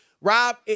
Rob